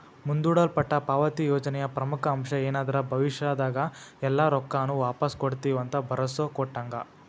ಮುಂದೂಡಲ್ಪಟ್ಟ ಪಾವತಿ ಯೋಜನೆಯ ಪ್ರಮುಖ ಅಂಶ ಏನಂದ್ರ ಭವಿಷ್ಯದಾಗ ಎಲ್ಲಾ ರೊಕ್ಕಾನು ವಾಪಾಸ್ ಕೊಡ್ತಿವಂತ ಭರೋಸಾ ಕೊಟ್ಟಂಗ